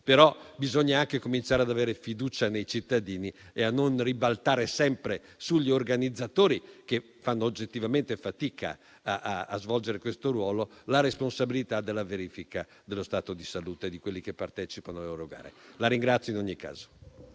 però bisogna anche cominciare ad avere fiducia nei cittadini e a non ribaltare sempre sugli organizzatori, che fanno oggettivamente fatica a svolgere questo ruolo, la responsabilità della verifica dello stato di salute di coloro che partecipano alle loro gare. La ringrazio in ogni caso.